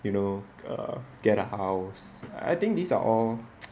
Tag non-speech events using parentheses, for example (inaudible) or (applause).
you know err get a house I think these are all (noise)